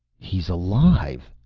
he's alive!